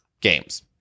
games